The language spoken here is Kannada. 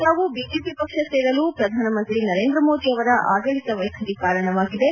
ತಾವು ಬಿಜೆಪಿ ಪಕ್ಷ ಸೇರಲು ಪ್ರಧಾನಮಂತ್ರಿ ನರೇಂದ್ರ ಮೋದಿ ಅವರ ಅಡಳಿತ ವೈಖರಿ ಕಾರಣವಾಗಿದೆ